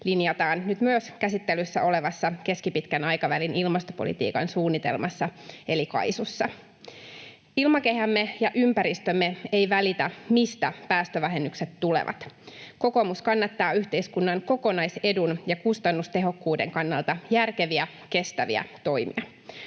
linjataan nyt myös käsittelyssä olevassa keskipitkän aikavälin ilmastopolitiikan suunnitelmassa eli KAISUssa. Ilmakehämme ja ympäristömme ei välitä, mistä päästövähennykset tulevat. Kokoomus kannattaa yhteiskunnan kokonaisedun ja kustannustehokkuuden kannalta järkeviä, kestäviä toimia.